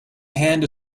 hand